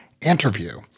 interview